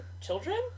children